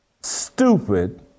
stupid